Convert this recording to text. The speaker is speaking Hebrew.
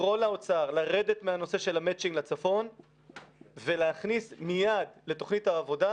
לקרוא לאוצר לרדת מהנושא של המצ'ינג לצפון ולהכניס מייד לתוכנית העבודה